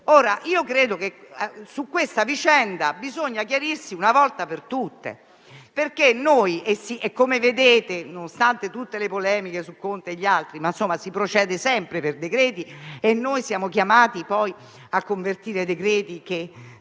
aperture. Su questa vicenda bisogna chiarirsi una volta per tutte, perché - come vedete - nonostante tutte le polemiche su Conte e gli altri, si procede sempre per decreti e noi siamo chiamati a convertire decreti che